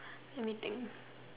let me think